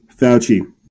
Fauci